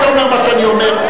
היית אומר מה שאני אומר,